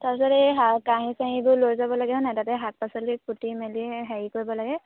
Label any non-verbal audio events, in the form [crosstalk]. তাৰপিছত এই [unintelligible] কেৰাহী চেৰাহীবোৰ লৈ যাব লাগে হয় নাই তাতে শাক পাচলি কুটি মেলি হেৰি কৰিব লাগে